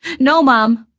no, mom!